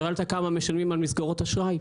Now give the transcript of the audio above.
קראת כמה משלמים על מסגרות אשראי?